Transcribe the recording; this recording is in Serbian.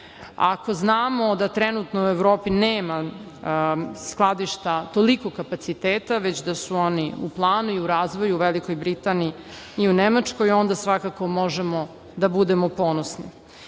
Ako znamo da trenutno u Evropi nema skladišta tolikog kapaciteta već da su oni u planu i u razvoju u Velikoj Britaniji i u Nemačkoj, onda svakako možemo da budemo